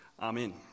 Amen